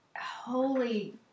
holy